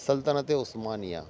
سلطنتِ عثمانیہ